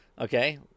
Okay